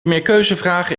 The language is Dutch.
meerkeuzevragen